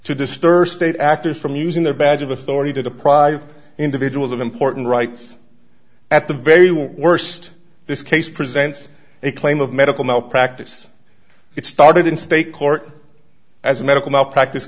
to disturb state actors from using their badge of authority to deprive individuals of important rights at the very worst this case presents a claim of medical malpractise it started in state court as medical malpracti